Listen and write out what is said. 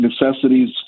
necessities